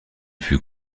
fut